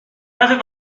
n’avez